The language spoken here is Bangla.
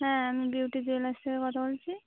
হ্যাঁ আমি বিউটি জুয়েলার্স থেকে কথা বলছি